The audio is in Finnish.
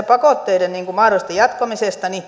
pakotteiden mahdollisesta jatkamisesta